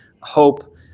hope